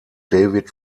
david